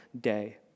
day